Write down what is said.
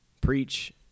preach